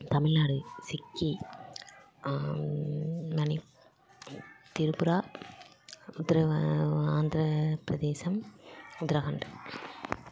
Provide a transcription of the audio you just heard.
Tamil Nadu Sikki மணிப் Tripura உத்ரகா Andhra Pradesh Uttarakhand